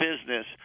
business